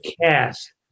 cast